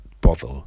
bother